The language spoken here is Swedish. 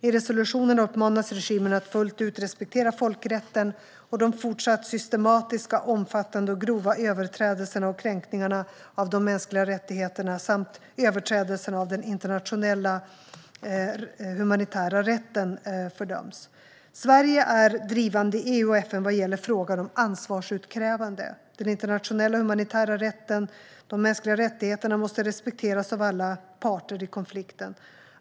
I resolutionerna uppmanas regimen att fullt ut respektera folkrätten, och de fortsatta systematiska, omfattande och grova överträdelserna och kränkningarna av de mänskliga rättigheterna samt överträdelserna av den internationella humanitära rätten fördöms. Sverige är drivande i EU och FN vad gäller frågan om ansvarsutkrävande. Den internationella humanitära rätten och de mänskliga rättigheterna måste respekteras av alla parter i konflikten.